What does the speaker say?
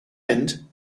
end